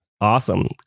Awesome